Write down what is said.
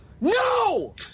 No